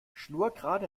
schnurgerade